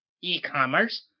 e-commerce